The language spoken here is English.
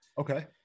Okay